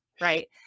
Right